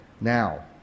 now